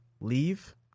Leave